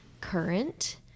current